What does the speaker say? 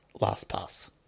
LastPass